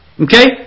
Okay